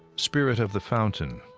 spirit of the fountain,